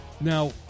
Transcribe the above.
Now